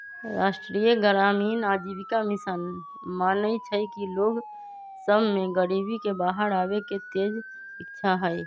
राष्ट्रीय ग्रामीण आजीविका मिशन मानइ छइ कि लोग सभ में गरीबी से बाहर आबेके तेज इच्छा हइ